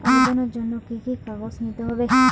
আবেদনের জন্য কি কি কাগজ নিতে হবে?